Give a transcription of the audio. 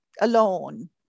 alone